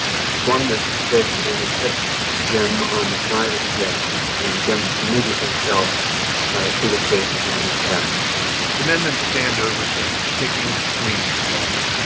he swung this stick, and it hit jim on the side of the head. and jim immediately fell to the pavement on his back the men then stand over jim, kicking and swinging the club.